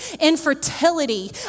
infertility